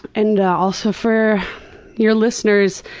and also for your listeners,